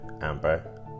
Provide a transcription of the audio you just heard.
Amber